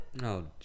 No